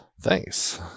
Thanks